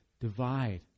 divide